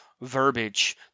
verbiage